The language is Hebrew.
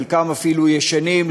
וחלקם אפילו ישנים,